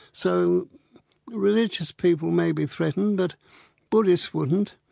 so religious people may be threatened but buddhists wouldn't.